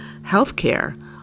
healthcare